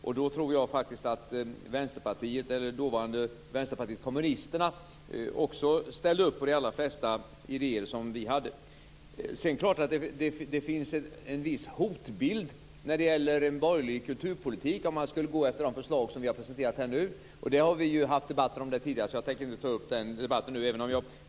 Jag tror faktiskt att dåvarande Vänsterpartiet kommunisterna ställde upp på de allra flesta idéer som vi hade. Det finns naturligtvis en viss hotbild när det gäller en borgerlig kulturpolitik om vi skulle gå efter de förslag som vi har presenterat här nu. Det har vi haft debatt om tidigare, så jag skall inte ta upp det nu.